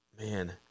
man